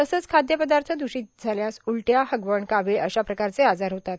तसंच खाद्यपदार्थ दूषित झाल्यास उलट्या हगवण कावीळ अशा प्रकारचे आजार होतात